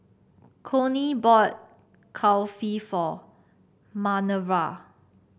Conley bought Kulfi for Manerva